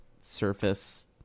surface